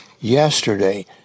Yesterday